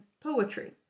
poetry